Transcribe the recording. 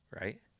right